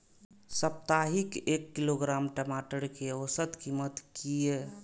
साप्ताहिक एक किलोग्राम टमाटर कै औसत कीमत किए?